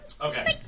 Okay